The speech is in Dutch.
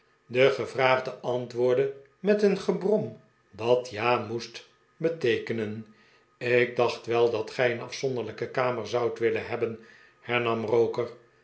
de gevraagde antwoordde met een gebrom dat ja moest beteekenen ik dacht wel dat gij een afzonderlijke kamer zoudt willen hebben hernam roker